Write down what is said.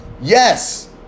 Yes